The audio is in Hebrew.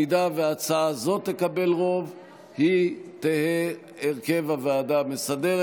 אם הצעה זו תקבל רוב, היא תהא הרכב הוועדה המסדרת.